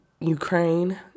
Ukraine